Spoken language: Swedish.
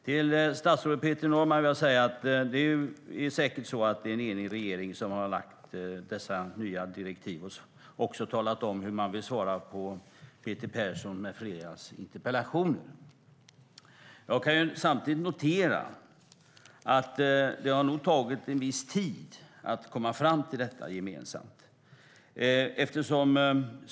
Till statsrådet Peter Norman vill jag säga att det säkert är en enig regering som har lagt fram dessa nya direktiv och också talat om hur man vill svara på Peter Perssons och andras interpellationer. Jag kan samtidigt notera att det nog har tagit viss tid att komma fram till detta gemensamt.